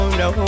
no